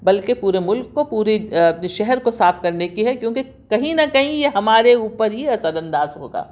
بلکہ پورے مُلک کو پوری شہر کو صاف کرنے کی ہے کیوںکہ کہیں نہ کہیں یہ ہمارے اوپر ہی اثر انداز ہوگا